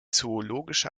zoologische